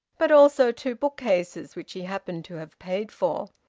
but also two bookcases which he happened to have paid for.